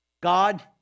God